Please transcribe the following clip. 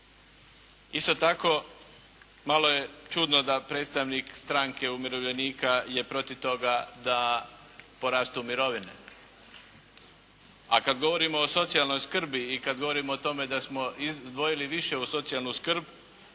Isto tako malo je čudno da predstavnik Stranke umirovljenika je protiv toga da porastu mirovine. A kad govorimo o socijalnoj skrbi i kad govorimo o tome da smo izdvojili više u socijalnu skrbi,